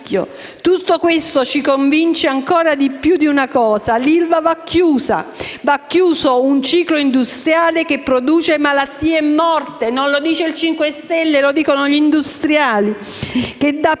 Tutto questo ci convince ancora di più di una cosa: l'ILVA va chiusa. Va chiuso un ciclo industriale che produce malattie e morte (non lo dice il Movimento 5 Stelle, ma gli industriali);